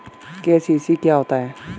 KCC क्या होता है?